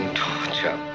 torture